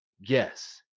yes